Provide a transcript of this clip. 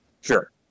Sure